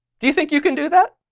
do you think you can do that?